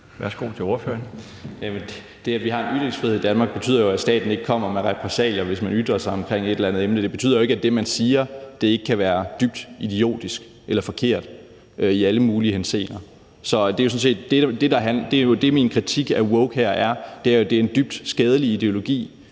14:21 Mikkel Bjørn (DF): Det, at vi har ytringsfrihed i Danmark, betyder jo, at staten ikke kommer med repressalier, hvis man ytrer sig om et eller andet emne. Det betyder ikke, at det, man siger, ikke kan være dybt idiotisk eller forkert i alle mulige henseender. Det, min kritik af wokeideologien går på, er, at det er en dybt skadelig ideologi,